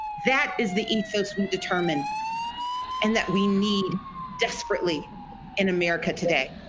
that is the ethos we determine and that we need desperately in america today.